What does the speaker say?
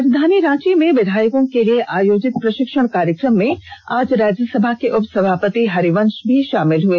राजधानी रांची में विधायकों के लिए आयोजित प्रषिक्षण कार्यक्रम में आज राज्यसभा के उपसभापति हरिवंष भी षमिल हुए